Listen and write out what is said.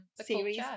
series